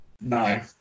No